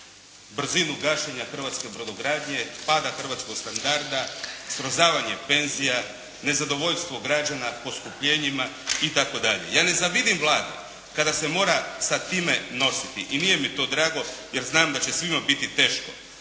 brzinu gašenja hrvatske brodogradnje, pada hrvatskog standarda, srozavanje penzija, nezadovoljstvo građana poskupljenjima itd.. Ja ne zavidim Vladi kada se mora sa time nositi i nije mi to drago jer znam da će svima biti teško.